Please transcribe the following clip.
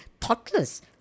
thoughtless